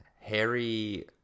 Harry